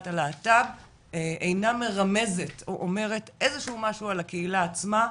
הלהט"ב אינה מרמזת או אומרת איזשהו משהו על הקהילה עצמה,